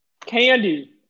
Candy